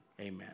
Amen